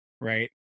right